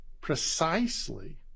precisely